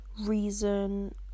reason